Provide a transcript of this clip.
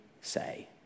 say